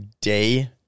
day